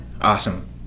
Awesome